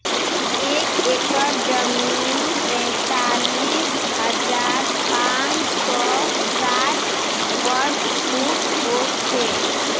एक एकड़ जमीन तैंतालीस हजार पांच सौ साठ वर्ग फुट हो छे